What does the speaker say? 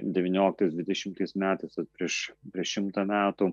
devynioliktais dvidešimtais metais vat prieš prieš šimtą metų